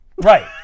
Right